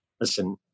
listen